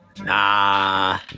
Nah